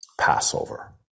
Passover